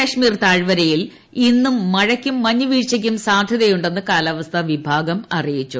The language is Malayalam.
കശ്മീർ താഴ് വരയിൽ ഇന്നും മഴയ്ക്കും മഞ്ഞു വീഴ്ചയ്ക്കും സാധ്യതയുണ്ടെന്ന് കാലാവസ്ഥാ വിഭാഗം അറിയിച്ചു